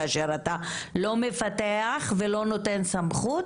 כאשר אתה לא מפתח ולא נותן סמכות